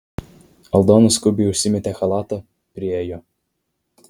aldona skubiai užsimetė chalatą priėjo